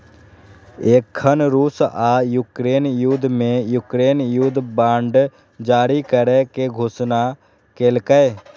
एखन रूस आ यूक्रेन युद्ध मे यूक्रेन युद्ध बांड जारी करै के घोषणा केलकैए